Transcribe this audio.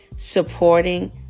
Supporting